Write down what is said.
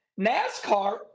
NASCAR